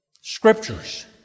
Scriptures